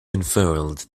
unfurled